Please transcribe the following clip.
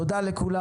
תודה לכולם.